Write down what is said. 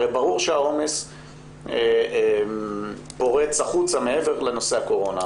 הרי ברור שהעומס פורץ החוצה מעבר לנושא הקורונה.